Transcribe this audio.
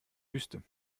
wüste